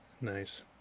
Nice